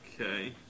Okay